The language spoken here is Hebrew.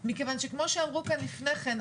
מכיוון שכמו שאמרו כאן לפני כן,